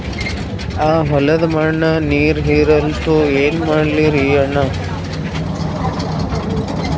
ಆ ಹೊಲದ ಮಣ್ಣ ನೀರ್ ಹೀರಲ್ತು, ಏನ ಮಾಡಲಿರಿ ಅಣ್ಣಾ?